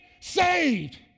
saved